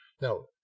now